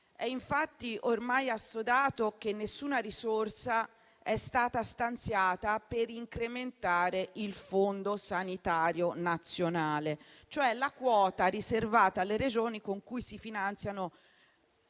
È infatti ormai assodato che nessuna risorsa è stata stanziata per incrementare il Fondo sanitario nazionale, cioè la quota riservata alle Regioni con cui si finanziano